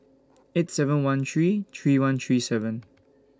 eight seven one three three one three seven